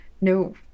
No